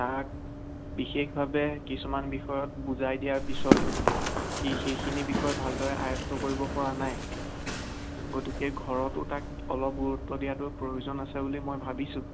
তাক বিশেষভাৱে কিছুমান বিষয়ত বুজাই দিয়াৰ পিছতো সি সেইখিনি বিষয় ভালদৰে আয়ত্ব কৰিব পৰা নাই গতিকে ঘৰতো তাক অলপ গুৰুত্ব দিয়াটো প্ৰয়োজন আছে বুলি মই ভাবিছোঁ